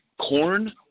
Corn